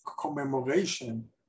commemoration